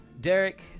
Derek